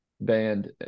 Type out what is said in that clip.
band